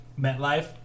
MetLife